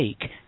take